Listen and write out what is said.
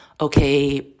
okay